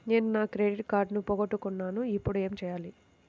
నేను నా క్రెడిట్ కార్డును పోగొట్టుకున్నాను ఇపుడు ఏం చేయాలి?